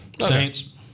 Saints